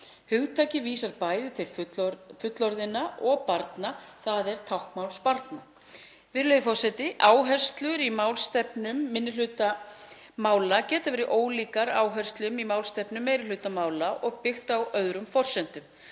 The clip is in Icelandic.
Hugtakið vísar bæði til fullorðinna og barna, þ.e. táknmálsbarna. Virðulegi forseti. Áherslur í málstefnum minnihlutamála geta verið ólíkar áherslum í málstefnum meirihlutamála og byggst á öðrum forsendum.